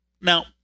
Now